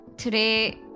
Today